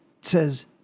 says